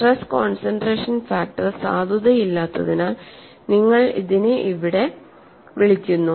stress concentration factor സാധുതയില്ലാത്തതിനാൽ നിങ്ങൾ ഇതിനെ ഇവിടെ വിളിക്കുന്നു